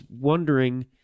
wondering